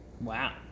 Wow